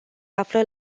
află